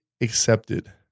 accepted